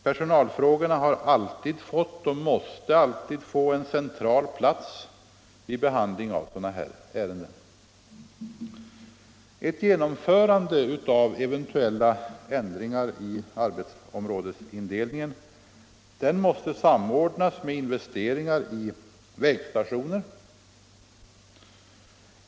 Personalfrågorna har alltid fått och måste alltid få en central plats vid behandlingen av sådana här ärenden. Ett genomförande av eventuella ändringar i arbetsområdesindelningen måste samordnas med investeringar i vägstationer.